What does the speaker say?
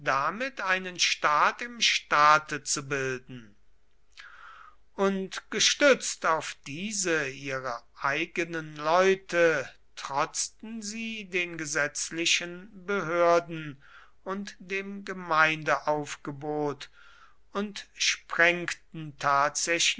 damit einen staat im staate zu bilden und gestützt auf diese ihre eigenen leute trotzten sie den gesetzlichen behörden und dem gemeindeaufgebot und sprengten tatsächlich